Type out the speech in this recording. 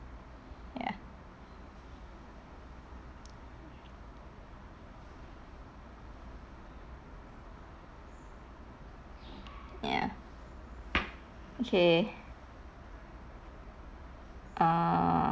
ya ya okay err